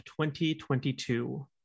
2022